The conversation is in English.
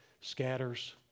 scatters